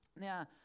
Now